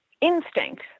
instinct